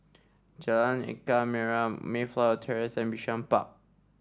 Jalan Ikan Merah Mayflower Terrace and Bishan Park